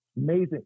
Amazing